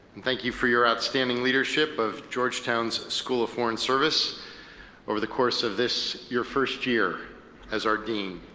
and thank you for your outstanding leadership of georgetown's school of foreign service over the course of this, your first year as our dean.